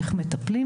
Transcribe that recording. איך מטפלים.